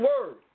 word